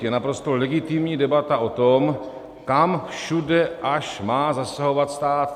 Je naprosto legitimní debata o tom, kam všude až má zasahovat stát.